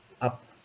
up